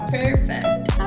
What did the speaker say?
Perfect